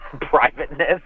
privateness